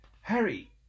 Harry